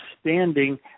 standing